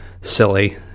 silly